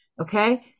Okay